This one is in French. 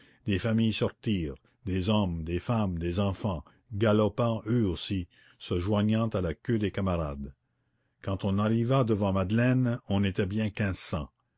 des familles sortirent des hommes des femmes des enfants galopant eux aussi se joignant à la queue des camarades quand on arriva devant madeleine on était bien quinze cents